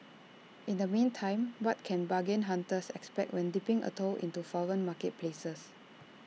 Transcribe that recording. in the meantime what can bargain hunters expect when dipping A toe into foreign marketplaces